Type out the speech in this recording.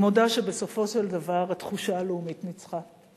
אני מודה שבסופו של דבר התחושה הלאומית ניצחה.